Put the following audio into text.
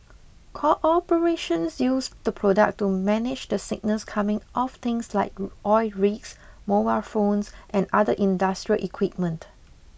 corporations use the product to manage the signals coming off things like oil rigs mobile phones and other industrial equipment